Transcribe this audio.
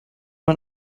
man